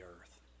earth